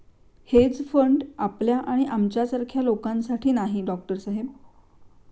hedge fund आपल्या आणि आमच्यासारख्या लोकांसाठी नाही, डॉक्टर साहेब